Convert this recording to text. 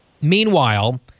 Meanwhile